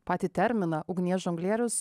patį terminą ugnies žonglierius